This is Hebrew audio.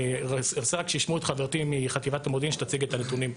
אני אבקש שישמעו את חברתי מחטיבת המודיעין שתציג את הנתונים.